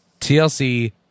TLC